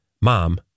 Mom